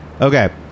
okay